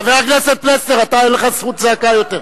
חבר הכנסת פלסנר, אתה, אין לך זכות צעקה יותר.